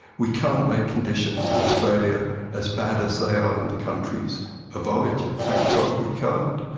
we can't make conditions in australia as bad as they are in the countries of origin, thank god we can't.